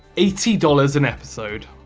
eighty dollars an episode.